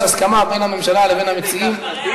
יש הסכמה בין הממשלה לבין המציעים.